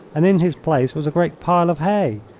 and in his place was a great pile of hay,